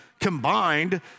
combined